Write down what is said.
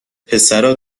پسرا